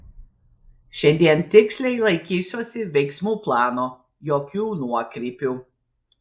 šiandien tiksliai laikysiuosi veiksmų plano jokių nuokrypių